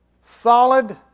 solid